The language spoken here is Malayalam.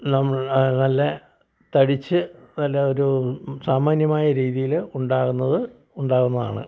നം നല്ല തടിച്ച് നല്ല ഒരു സാമാന്യമായ രീതിയിൽ ഉണ്ടാവുന്നത് ഉണ്ടാവുന്നതാണ്